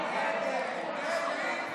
הסכם ומעמד היילוד)